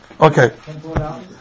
Okay